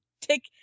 take